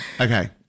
okay